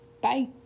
Bye